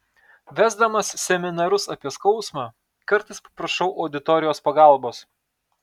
vesdamas seminarus apie skausmą kartais paprašau auditorijos pagalbos